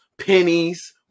pennies